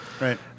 Right